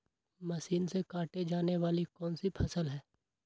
Machine से काटे जाने वाली कौन सी फसल है?